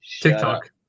TikTok